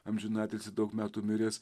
amžinatilsį daug metų miręs